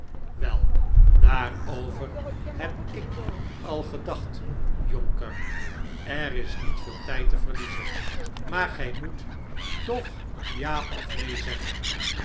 wel daarover heb ik al gedacht jonker er is niet veel tijd te verliezen maar gij moet toch ja of neen zeggen